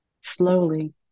Slowly